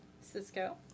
Cisco